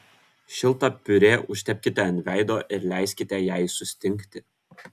šiltą piurė užtepkite ant veido ir leiskite jai sustingti